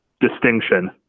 distinction